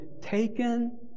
taken